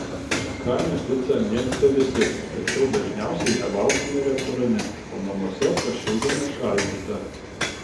skanią picą mėgsta visi tačiau dažniausiai ją valgome restorane o namuose pašildome šaldytą